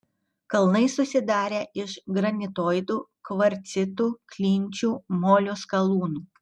kalnai susidarę iš granitoidų kvarcitų klinčių molio skalūnų